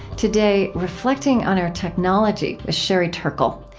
today, reflecting on our technology with sherry turkle.